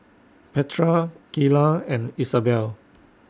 Petra Keila and Isabel